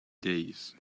days